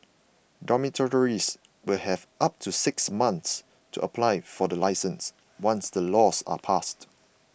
dormitories will have up to six months to apply for the licences once the laws are passed